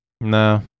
No